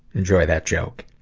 enjoy that joke.